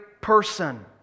person